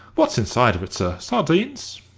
what's inside of it, sir sardines?